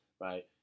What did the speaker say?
right